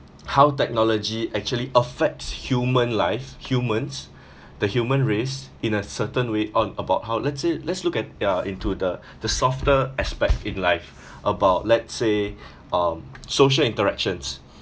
how technology actually affects human life humans the human race in a certain way on about how let's say let's look ya into the the softer aspect in life about let's say um social interactions